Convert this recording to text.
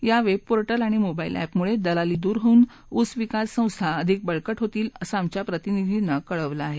या वेबपोर्टल आणि मोबाईल अॅपमुळे दलाली दूर होऊन ऊसविकास संस्था अधिक बळकट होतील असं आमच्या प्रतिनिधीनं कळवलं आहे